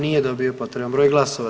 Nije dobio potreban broj glasova.